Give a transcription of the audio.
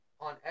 On